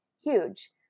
huge